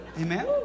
Amen